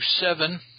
seven